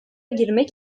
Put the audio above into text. girmek